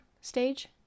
stage